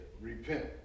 repent